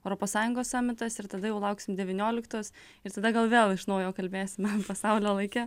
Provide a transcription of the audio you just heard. europos sąjungos samitas ir tada jau lauksim devynioliktos ir tada gal vėl iš naujo kalbėsime pasaulio laike